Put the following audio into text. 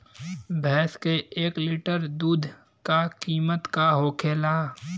भैंस के एक लीटर दूध का कीमत का होखेला?